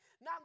Now